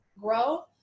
grow